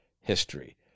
history